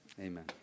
Amen